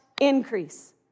increase